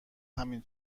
همین